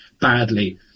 badly